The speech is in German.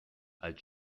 als